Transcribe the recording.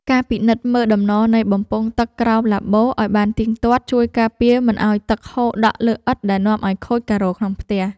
ការពិនិត្យមើលដំណនៃបំពង់ទឹកក្រោមឡាបូឱ្យបានទៀងទាត់ ជួយការពារមិនឱ្យទឹកហូរដក់លើឥដ្ឋដែលនាំឱ្យខូចការ៉ូក្នុងផ្ទះ។